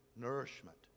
Nourishment